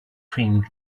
cream